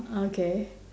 okay